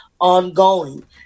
ongoing